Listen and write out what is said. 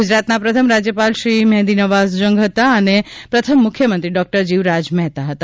ગુજરાતના પ્રથમ રાજયપાલ શ્રી મેંહન્દી નવાઝજંગ હતા અને પ્રથમ મુખ્યમંત્રી ડોકટર જીવરાજ મહેતા હતા